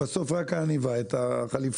בסוף רק את העניבה, את החליפה,